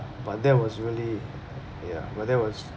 but that was really ya but that was